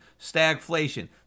stagflation